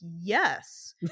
yes